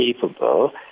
capable